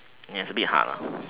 yes it's a bit hard lah